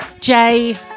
Jay